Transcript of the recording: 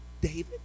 David